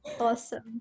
Awesome